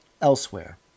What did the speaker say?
elsewhere